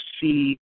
see